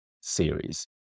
series